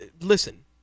Listen